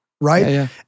Right